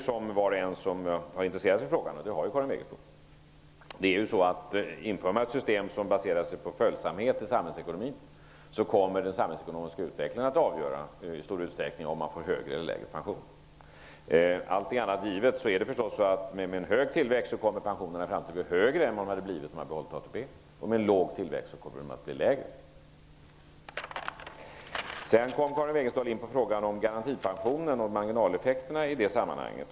Som var och en vet som har intresserat sig för frågan, och det har ju Karin Wegestål, är det ju så att inför man ett system som baserar sig på följsamhet till samhällsekonomin, kommer den samhällsekonomiska utvecklingen att i stor utsträckning avgöra om man får högre eller lägre pension. Allting annat givet är det naturligtvis så att med en hög tillväxt kommer pensionerna i framtiden att bli högre än vad de hade blivit om vi hade behållit ATP, och med en låg tillväxt kommer de att bli lägre. Sedan kom Karin Wegestål in på frågan om garantipensionen och marginaleffekterna i det sammanhanget.